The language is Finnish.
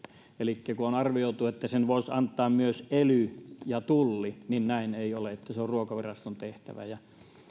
elikkä kun on arvioitu että sen voisi antaa myös ely ja tulli niin näin ei ole se on ruokaviraston tehtävä